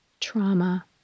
trauma